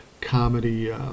comedy